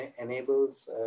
enables